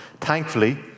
thankfully